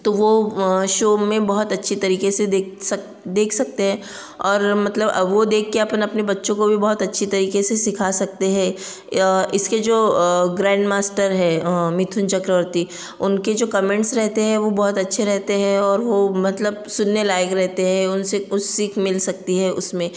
तो वह शो में बहुत अच्छे तरीके से देख सकते हैं और मतलब वह देख कर अपन अपने बच्चों को भी बहुत अच्छे तरीके से सिखा सकते हैं इसके जो ग्रैंड मास्टर हैं मिथुन चक्रवर्ती उनके जो कमेंट्स रहते हैं वह बहुत अच्छे रहते हैं और वह मतलब सुनने लायक रहते हैं उनसे कुछ सीख मिल सकती है उसमें